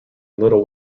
little